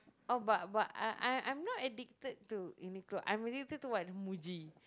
oh but but I I I'm not addicted to Uniqlo I'm addicted to what Muji